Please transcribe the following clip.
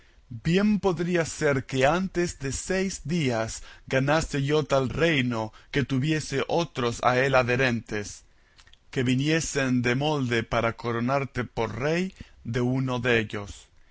bien podría ser que antes de seis días ganase yo tal reino que tuviese otros a él adherentes que viniesen de molde para coronarte por rey de uno dellos